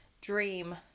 dream